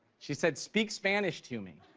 she said speak spanish to me.